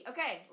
Okay